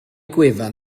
gwefan